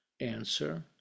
answer